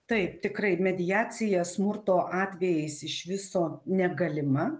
taip tikrai mediacija smurto atvejais iš viso negalima